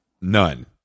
none